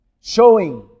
showing